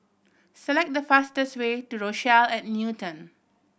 select the fastest way to Rochelle at Newton